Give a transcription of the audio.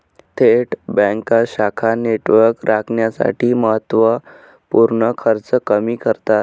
थेट बँका शाखा नेटवर्क राखण्यासाठी महत्त्व पूर्ण खर्च कमी करतात